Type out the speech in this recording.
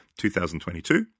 2022